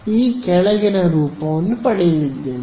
ಈ ಕೆಳಗಿನ ರೂಪ ಪಡೆಯಲಿದ್ದೇನೆ